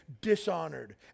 dishonored